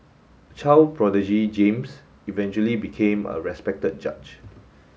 child prodigy James eventually became a respected judge